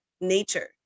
nature